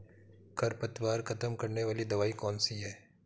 खरपतवार खत्म करने वाली दवाई कौन सी है?